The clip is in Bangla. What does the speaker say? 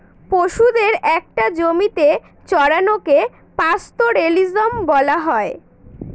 পশুদের একটা জমিতে চড়ানোকে পাস্তোরেলিজম বলা হয়